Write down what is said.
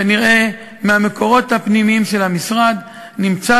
כנראה מהמקורות הפנימיים של המשרד נמצא